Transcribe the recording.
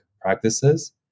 practices